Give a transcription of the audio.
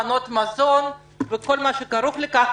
מנות מזון וכל מה שכרוך בכך,